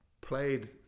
Played